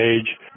Age